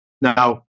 Now